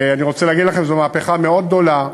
אני רוצה לומר לכם שזו מהפכה מאוד גדולה.